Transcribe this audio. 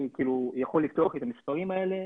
אני יכול לפתוח את המספרים האלה,